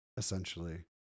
Essentially